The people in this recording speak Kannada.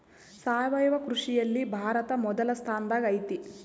ಸಾವಯವ ಕೃಷಿಯಲ್ಲಿ ಭಾರತ ಮೊದಲ ಸ್ಥಾನದಾಗ್ ಐತಿ